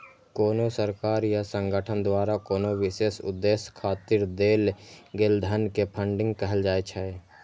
कोनो सरकार या संगठन द्वारा कोनो विशेष उद्देश्य खातिर देल गेल धन कें फंडिंग कहल जाइ छै